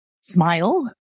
smile